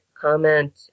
comment